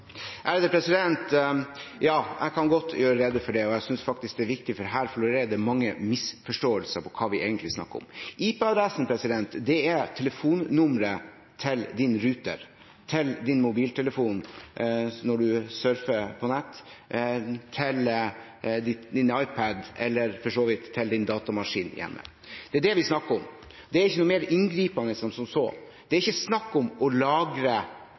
Jeg kan godt gjøre rede for det, og jeg synes faktisk det er viktig, for her florerer det mange misforståelser om hva vi egentlig snakker om. IP-adressen er telefonnummeret til din ruter, til din mobiltelefon når du surfer på nett, til din iPad eller for så vidt til din datamaskin hjemme. Det er det vi snakker om. Det er ikke noe mer inngripende enn som så. Det er ikke snakk om å lagre